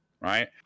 Right